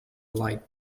light